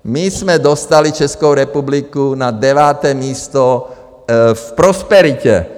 My jsme dostali Českou republiku na deváté místo v prosperitě.